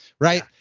right